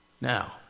now